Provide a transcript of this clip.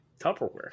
Tupperware